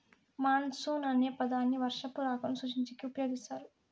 monsoon అనే పదాన్ని వర్షపు రాకను సూచించేకి ఉపయోగిస్తారు